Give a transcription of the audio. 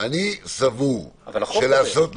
אבל החוק קובע.